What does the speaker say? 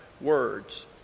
words